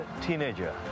teenager